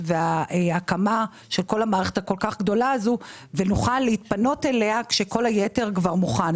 וההקמה של המערכת הגדולה הזאת ונוכל להתפנות אליה כשכל היתר כבר מוכן.